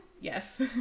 yes